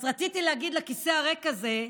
אז רציתי להגיד לכיסא הריק הזה,